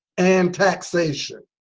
and taxation.